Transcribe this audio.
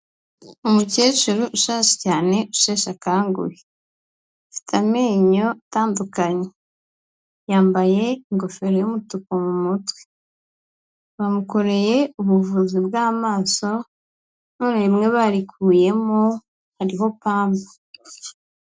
Umukecuru ushaje cyane usheshe akanguhe, afite amenyo atandukanye, yambaye ingofero y'umutuku mu mutwe, bamukoreye ubuvuzi bw'amaso, none rimwe barikuyemo hariho pamba.